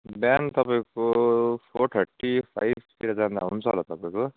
बिहान तपाईँको four thirty फाइभतिर जाँदा हुन्छ होला तपाईँको